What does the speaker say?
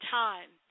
time